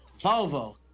Volvo